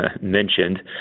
mentioned